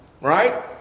right